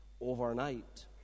overnight